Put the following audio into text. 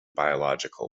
biological